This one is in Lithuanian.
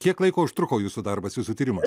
kiek laiko užtruko jūsų darbas jūsų tyrimai